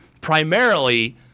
primarily